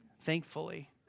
thankfully